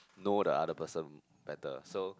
know the other person better so